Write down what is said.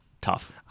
tough